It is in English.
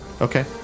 okay